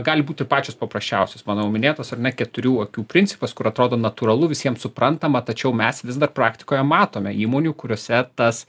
gali būti ir pačios paprasčiausios manau minėtas ar ne keturių akių principas kur atrodo natūralu visiems suprantama tačiau mes vis dar praktikoje matome įmonių kuriose tas